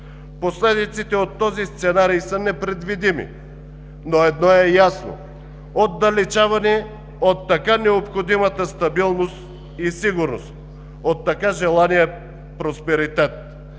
Последиците от този сценарий са непредвидими, но едно е ясно – отдалечаване от така необходимата стабилност и сигурност, от така желания просперитет.